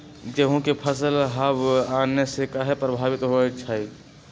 गेंहू के फसल हव आने से काहे पभवित होई छई?